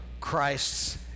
Christ's